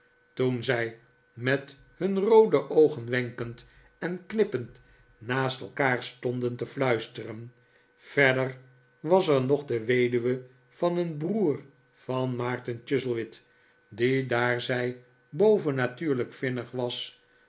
toen zij met hun roode oogen wenkend en knippend naast elkaar stonden te fluisteren verder was er nog de weduwe van een broer van maarten chuzzlewit die daar zij bovennatuurlijk vinnig was